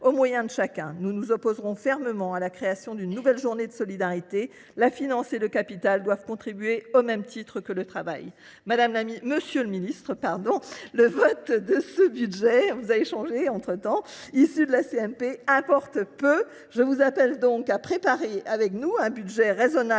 aux moyens de chacun. Nous nous opposerons fermement à la création d’une nouvelle journée de solidarité. La finance et le capital doivent contribuer à l’effort, au même titre que le travail. Monsieur le ministre, le sort de ce texte, issu de la commission mixte paritaire, importe peu. Je vous appelle donc à préparer avec nous un budget raisonnable